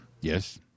yes